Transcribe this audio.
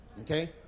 Okay